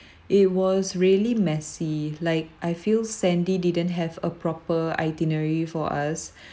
it was really messy like I feel sandy didn't have a proper itinerary for us